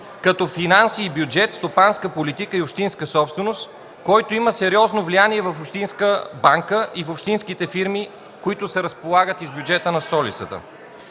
като „Финанси и бюджет”, „Стопанска политика и общинска собственост”, който има сериозно влияние в Общинска банка и в общинските фирми, които разполагат и с бюджета на столицата.